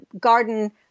garden